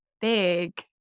big